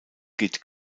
geht